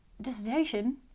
dissertation